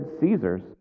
Caesar's